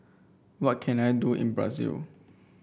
what can I do in Brazil